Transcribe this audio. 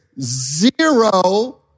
zero